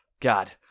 god